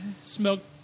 smoked